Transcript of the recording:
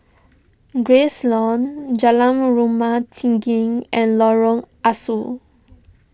Grace Long Jalan Rumah Tinggi and Lorong Ah Soo